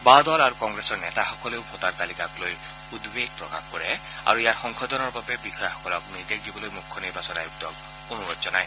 বাঁওদল আৰু কংগ্ৰেছৰ নেতাসকলেও ভোটাৰ তালিকাক লৈ উদ্বেগ প্ৰকাশ কৰে আৰু ইয়াৰ সংশোধনৰ বাবে বিষয়াসকলক নিৰ্দেশ দিবলৈ মুখ্য নিৰ্বাচন আয়ুক্তক অনুৰোধ জনায়